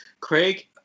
craig